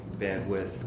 bandwidth